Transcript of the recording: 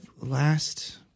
last